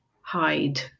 hide